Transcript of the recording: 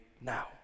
now